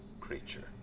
creature